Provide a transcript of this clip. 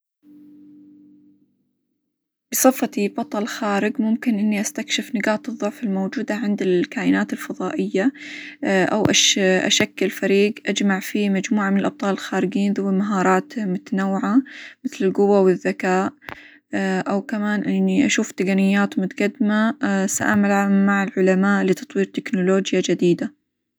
بصفتي بطل خارق ممكن إني استكشف نقاط الظعف الموجودة عند الكائنات الفظائية، أو -أش- أشكل فريق أجمع فيه مجموعة من الأبطال الخارقين ذوي مهارات متنوعة مثل: القوة، والذكاء، أو كمان يعنى أشوف تقنيات متقدمة، سأعمل مع العلماء لتطوير تكنولوجيا جديدة.